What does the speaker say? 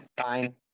Fine